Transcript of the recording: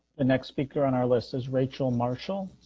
the next speaker on our list is rachel marshall.